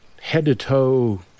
head-to-toe